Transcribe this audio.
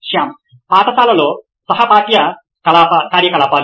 శ్యామ్ పాఠశాలలో సహ పాఠ్య కార్యకలాపాలు